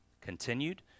continued